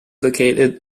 located